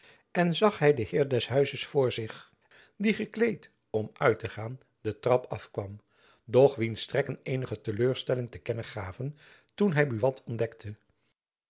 en zag hy den heer des huizes voor zich die gekleed om uit te gaan den trap afkwam doch wiens trekken eenige te leur stelling te kennen gaven toen hy buat ontdekte